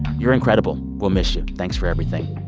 you're incredible. we'll miss you. thanks for everything.